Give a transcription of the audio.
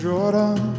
Jordan